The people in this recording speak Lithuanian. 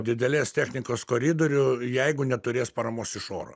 didelės technikos koridorių jeigu neturės paramos iš oro